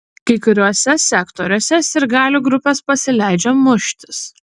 kai kuriuose sektoriuose sirgalių grupės pasileidžia muštis